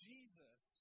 Jesus